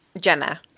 Jenna